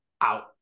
out